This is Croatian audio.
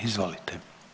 Izvolite.